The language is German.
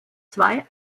zwei